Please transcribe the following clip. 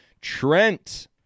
Trent